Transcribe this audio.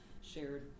shared